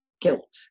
guilt